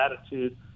attitude